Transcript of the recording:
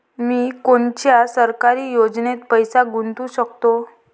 मी कोनच्या सरकारी योजनेत पैसा गुतवू शकतो?